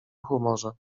humorze